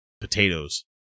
potatoes